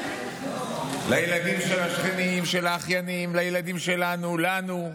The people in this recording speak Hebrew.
לילדים של השכנים, של האחיינים, לילדים שלנו, לנו.